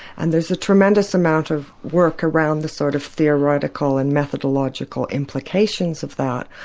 and there's a tremendous amount of work around the sort of theoretical and methodological implications of that,